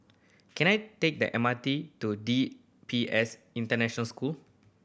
can I take the M R T to D P S International School